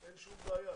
אין שום בעיה.